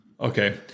Okay